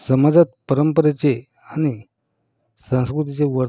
समाजात परंपरेचे आणि संस्कृतीचे वर